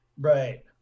Right